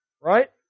right